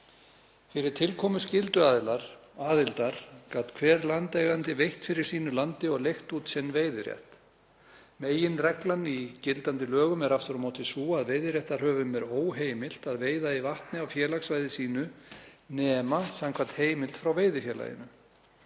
Fyrir tilkomu skylduaðildar gat hver landeigandi veitt fyrir sínu landi og leigt út sinn veiðirétt. Meginreglan í gildandi lögum er aftur á móti sú að veiðiréttarhöfum er óheimilt að veiða í vatni á félagssvæði sínu nema samkvæmt heimild frá veiðifélaginu.